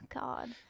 God